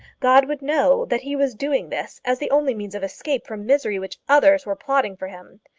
god would know that he was doing this as the only means of escape from misery which others were plotting for him!